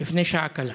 לפני שעה קלה.